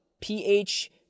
PH